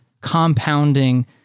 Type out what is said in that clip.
compounding